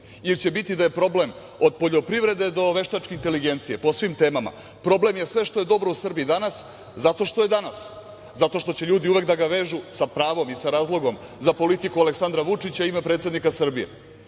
Ili će biti da je problem od poljoprivrede do veštačke inteligencije po svim temama. Problem je sve što je dobro u Srbiji danas, zato što je danas, zato što će ljudi uvek da ga vežu sa pravom i razlogom za politiku Aleksandra Vučića, ime predsednika Srbije.